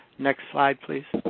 next slide, please.